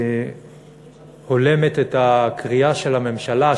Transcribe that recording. הולמת את הקריאה של הממשלה,